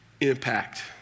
impact